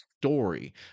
story